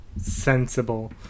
sensible